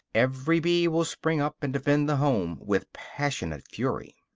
every bee will spring up and defend the home with passionate fury.